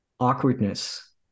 awkwardness